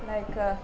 like